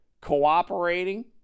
cooperating